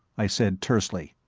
i said tersely,